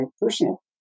personal